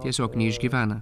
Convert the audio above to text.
tiesiog neišgyvena